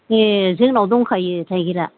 ए जोंनाव दंखायो थाइगिरा